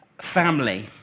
family